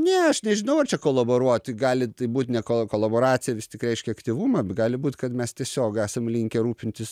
ne aš nežinau ar čia kolaboruoti gali tai būt ne ko kolaboracija vis tik reiškia aktyvumą gali būt kad mes tiesiog esam linkę rūpintis